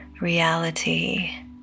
reality